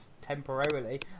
temporarily